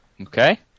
Okay